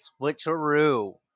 switcheroo